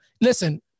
listen